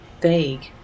Vague